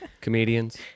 Comedians